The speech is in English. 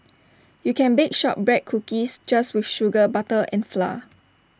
you can bake Shortbread Cookies just with sugar butter and flour